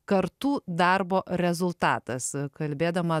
kartų darbo rezultatas kalbėdama